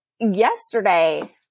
yesterday